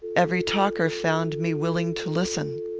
every talker found me willing to listen.